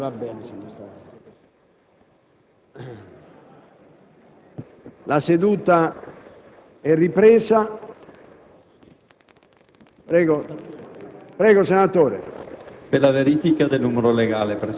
La seduta è ripresa.